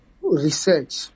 research